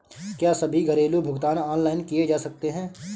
क्या सभी घरेलू भुगतान ऑनलाइन किए जा सकते हैं?